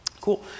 Cool